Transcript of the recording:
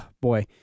boy